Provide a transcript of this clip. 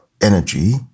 energy